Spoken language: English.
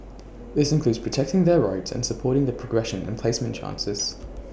this includes protecting their rights and supporting their progression and placement chances